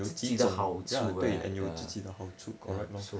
自己的好处 right ya